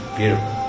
beautiful